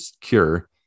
cure